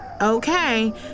Okay